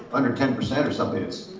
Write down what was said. under ten percent or something.